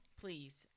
please